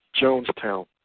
Jonestown